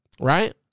right